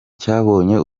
cyabonye